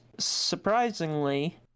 Surprisingly